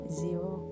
zero